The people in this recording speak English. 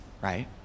right